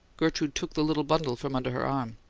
gertrude took the little bundle from under her arm.